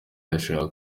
ndashaka